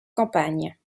campagne